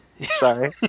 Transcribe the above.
sorry